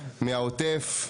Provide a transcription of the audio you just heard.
מהעוטף.